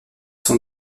son